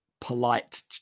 polite